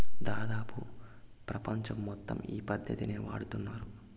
దాదాపు ప్రపంచం మొత్తం ఈ పద్ధతినే వాడుతున్నారు